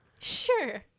sure